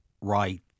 right